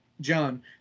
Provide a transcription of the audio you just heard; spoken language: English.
John